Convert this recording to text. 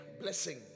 blessing